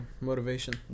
Motivation